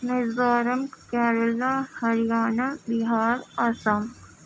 Mizoram Kerala Haryana Bihar Assam